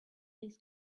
this